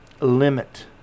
limit